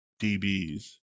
DBs